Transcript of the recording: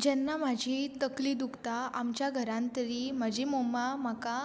जेन्ना म्हाजी तकली दुखता आमच्या घरान तरी म्हाजी मम्मा म्हाका